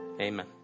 Amen